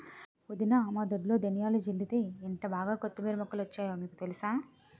వదినా మా దొడ్లో ధనియాలు జల్లితే ఎంటబాగా కొత్తిమీర మొక్కలు వచ్చాయో మీకు తెలుసా?